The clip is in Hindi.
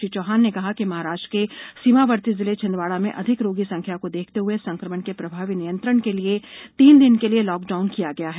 श्री चौहान ने कहा कि महाराष्ट्र के सीमावर्ती जिले छिंदवाड़ा में अधिक रोगी संख्या को देखते हुए संक्रमण के प्रभावी नियंत्रण के लिए तीन दिन के लिए लॉक डाउन किया गया है